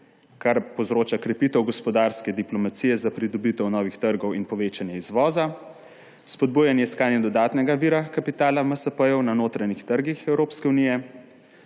kar povzroča krepitev gospodarske diplomacije za pridobitev novih trgov in povečanje izvoza, spodbujanje iskanja dodatnega vira kapitalov MSP na notranjih trgih Evropske unije,